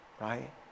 right